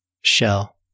shell